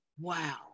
Wow